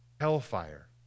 hellfire